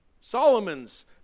Solomon's